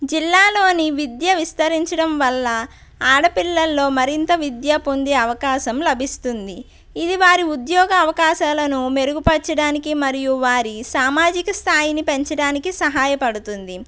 జిల్లాలోని విద్య విస్తరించడం వల్ల ఆడపిల్లల్లో మరింత విద్య పొందే అవకాశం లభిస్తుంది ఇది వారి ఉద్యోగ అవకాశాలను మెరుగుపరచడానికి మరియు వారి సామాజిక స్థాయిని పెంచడానికి సహాయపడుతుంది